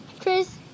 Chris